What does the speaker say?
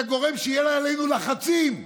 אתה גורם שיהיו עלינו לחצים.